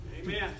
Amen